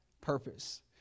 Purpose